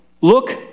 look